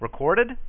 recorded